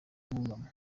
ntungamo